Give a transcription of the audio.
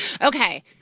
okay